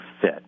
fit